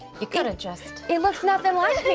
you coulda just. it looks nothin' like me.